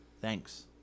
Thanks